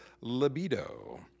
libido